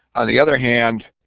on the other hand